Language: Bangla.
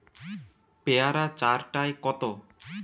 পেয়ারা চার টায় কত?